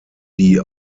die